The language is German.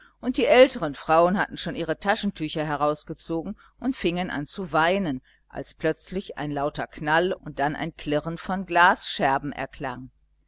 und die älteren frauen hatten schon ihre taschentücher herausgezogen und fingen an zu weinen als plötzlich ein lauter knall und dann ein klirren von glasscherben erklang